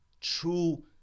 true